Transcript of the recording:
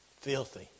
Filthy